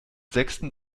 sechsten